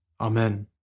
Amen